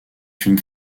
une